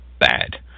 Bad